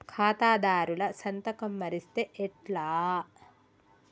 ఖాతాదారుల సంతకం మరిస్తే ఎట్లా?